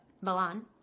Milan